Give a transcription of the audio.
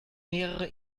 mehrere